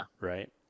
Right